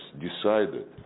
decided